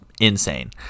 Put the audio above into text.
insane